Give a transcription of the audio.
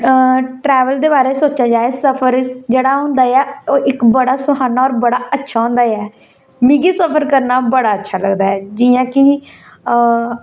अ travel दे बारे च सोचेआ जाए सफर इक जेह्ड़ा होंदा ऐ ओह् इक बड़ा सुहाना होर बड़ा अच्छा होंदा ऐ मिगी सफर करना बड़ा अच्छा लगदा ऐ जि'यां कि अ